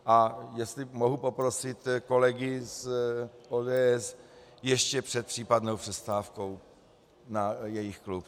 A jestli mohu poprosit kolegy z ODS ještě před případnou přestávku na jejich klub.